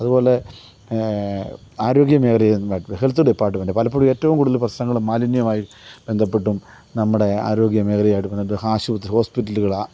അതുപോലെ ആരോഗ്യമേഖലയെ health department പലപ്പോഴും ഏറ്റവും കൂടുതൽ പ്രശ്നങ്ങള് മാലിന്യവുമായി ബന്ധപ്പെട്ടും നമ്മുടെ ആരോഗ്യമേഖലയായിട്ട് ബന്ധപ്പെട്ട് ആശുപത്രി ഹോസ്പിറ്റല്കള്